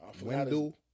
window